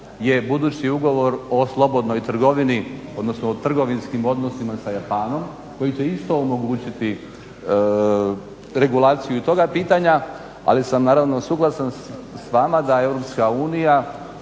je budući ugovor o slobodnoj trgovini, odnosno o trgovinskim odnosima sa Japanom koji će isto omogućiti regulaciju i toga pitanja, ali sam naravno suglasan s vama da EU,